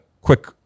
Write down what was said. quick